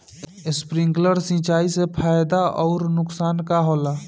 Sprinkler सिंचाई से फायदा अउर नुकसान का होला?